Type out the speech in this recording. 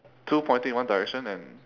two pointing in one direction and